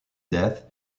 death